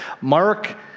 Mark